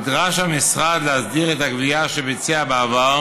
נדרש המשרד להסדיר את הגבייה שביצע בעבר